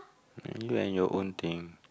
you and your own thing